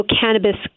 cannabis